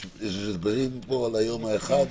יש איזה הסברים פה על היום האחד?